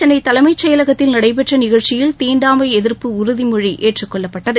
சென்னை தலைமைச் செயலகத்தில் நடைபெற்ற நிகழ்ச்சியில் தீண்டாமை எதிர்ப்பு உறுதிமொழி ஏற்றுக் கொள்ளப்பட்டது